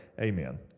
amen